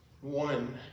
one